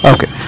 Okay